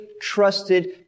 trusted